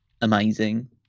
amazing